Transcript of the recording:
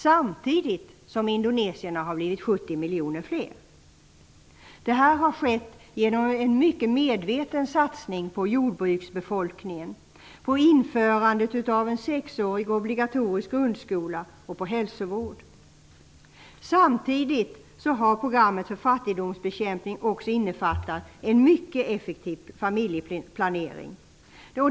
Samtidigt har indonesierna blivit 70 miljoner fler. Det här har skett genom en mycket medveten satsning på jordbruksbefolkningen, på införandet av en sexårig obligatorisk grundskola och på hälsovården. Samtidigt har programmet för fattigdomsbekämpning också innefattat en mycket effektiv familjeplanering.